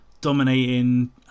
dominating